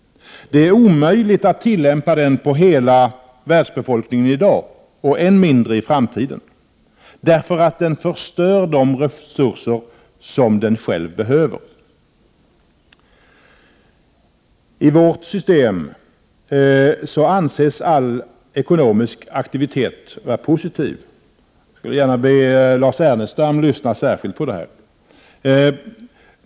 Den är omöjlig att tillämpa på hela världsbefolkningen i dag, än mindre i framtiden, därför att den förstör de resurser som den själv behöver. I vårt system anses all ekonomisk aktivitet vara positiv. Jag skulle gärna vilja be Lars Ernestam lyssna särskilt på detta.